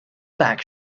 back